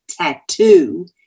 tattoo